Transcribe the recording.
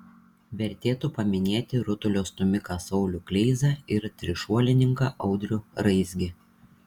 vertėtų paminėti rutulio stūmiką saulių kleizą ir trišuolininką audrių raizgį